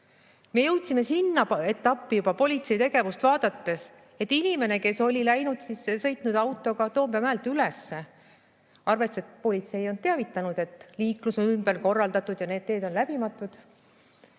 Me jõudsime sinna etappi juba politsei tegevust vaadates, et inimene, kes oli sõitnud autoga Toompea mäelt üles, arvestades, et politsei on teavitanud, et liiklus on ümber korraldatud ja need teed on läbimatud,